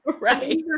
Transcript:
right